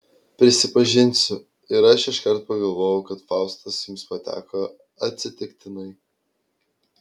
prisipažinsiu ir aš iškart pagalvojau kad faustas jums pateko atsitiktinai